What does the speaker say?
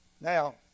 now